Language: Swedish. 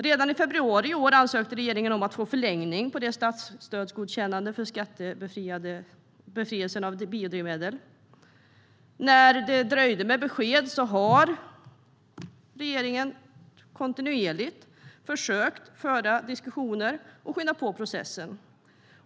Redan i februari i år ansökte regeringen om att få förlängning av statsstödsgodkännandet av skattebefrielse för biodrivmedel. Då det dröjt med besked har regeringen kontinuerligt försökt föra diskussioner och skynda på processen.